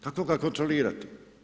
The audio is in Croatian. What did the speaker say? Kako ga kontrolirati?